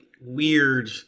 weird